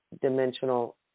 dimensional